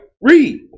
Read